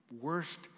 worst